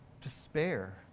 despair